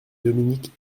dominique